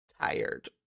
tired